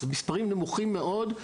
אלה מספרים נמוכים מאוד,